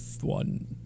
one